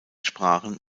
sprachen